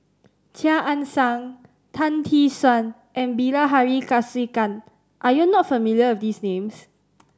Chia Ann Siang Tan Tee Suan and Bilahari Kausikan are you not familiar with these names